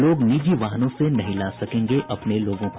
लोग निजी वाहनों से नहीं ला सकेंगे अपने लोगों को